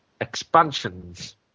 expansions